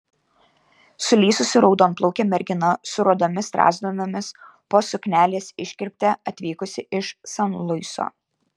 sulysusi raudonplaukė mergina su rudomis strazdanomis po suknelės iškirpte atvykusi iš san luiso